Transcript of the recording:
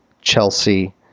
Chelsea